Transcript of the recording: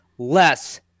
Less